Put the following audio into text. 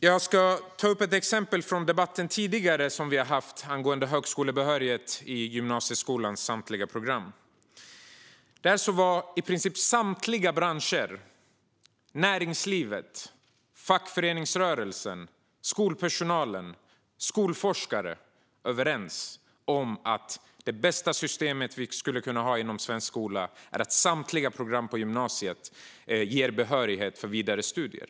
Jag ska ta upp ett exempel från den debatt vi har haft tidigare angående högskolebehörighet för gymnasieskolans samtliga program. Där var i princip samtliga branscher, näringslivet, fackföreningsrörelsen, skolpersonal och skolforskare överens om att det bästa system vi skulle kunna ha i svensk skola är att samtliga program på gymnasiet ger behörighet för vidare studier.